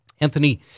Anthony